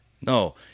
No